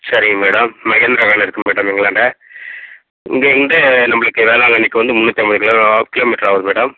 சரிங்க madam Mahindra van இருக்குது madam எங்களாண்ட இங்கேயிருந்து நம்மளுக்கு வேளாங்கண்ணிக்கு வந்து முந்நூற்றி ஐம்பது கிலோ ஹாஃப் கிலோமீட்ராகுது மேடம்